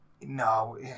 no